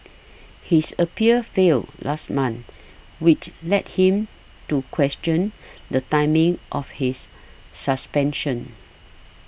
his appeal failed last month which led him to question the timing of his suspension